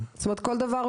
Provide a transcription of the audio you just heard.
זאת אומרת כל דבר,